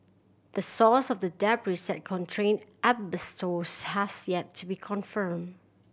the source of the debris that contained asbestos has yet to be confirmed